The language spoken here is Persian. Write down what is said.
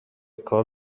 کار